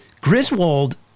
Griswold